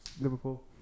Liverpool